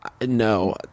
No